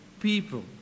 people